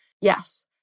Yes